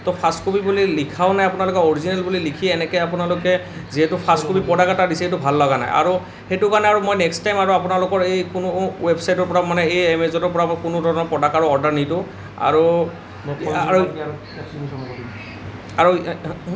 তো first copy বুলি লিখাও নাই আপোনালোকে অৰিজিনেল বুলি লিখি এনেকৈ আপোনালোকে যিহেতু ফাৰ্ষ্ট কপি প্ৰডাক্ট এটা দিছে সেইটো ভাল লগা নাই আৰু সেইটো কাৰণে আৰু মই নেক্সট টাইম আৰু আপোনালোকৰ এই কোনো ৱেৱছাইটৰ পৰা মানে এই এমেজনৰ পৰা মই কোনোধৰণৰ প্ৰডাক্ট আৰু অৰ্ডাৰ নিদো আৰু আৰু